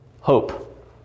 hope